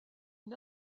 une